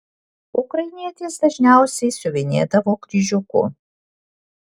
ukrainietės dažniausiai siuvinėdavo kryžiuku